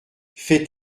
fais